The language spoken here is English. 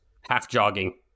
half-jogging